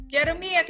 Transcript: Jeremy